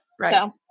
Right